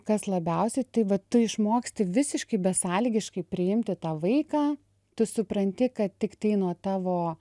kas labiausiai tai va tu išmoksti visiškai besąlygiškai priimti tą vaiką tu supranti kad tiktai nuo tavo